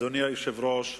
אדוני היושב-ראש,